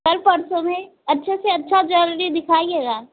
कल परसों में अच्छे से अच्छा ज्वैलरी दिखाइएगा